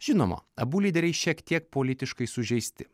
žinoma abu lyderiai šiek tiek politiškai sužeisti